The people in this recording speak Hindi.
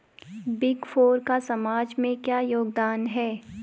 बिग फोर का समाज में क्या योगदान है?